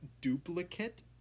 duplicate